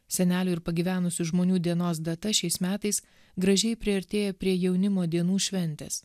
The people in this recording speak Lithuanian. senelių ir pagyvenusių žmonių dienos data šiais metais gražiai priartėja prie jaunimo dienų šventės